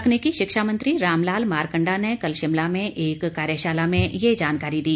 तकनीकी शिक्षा मंत्री रामलाल मारकंडा ने कल शिमला में एक कार्यशाला में ये जानकारी दी